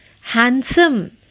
handsome